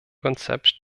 konzept